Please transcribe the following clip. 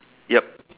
yup